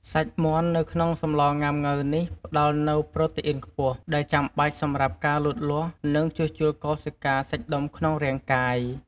សាច់មាន់នៅក្នុងសម្លងុាំង៉ូវនេះ ផ្តល់នូវប្រូតេអ៊ុីនខ្ពស់ ដែលចាំបាច់សម្រាប់ការលូតលាស់ និងជួសជុលកោសិកា សាច់ដុំក្នុងរាងកាយ។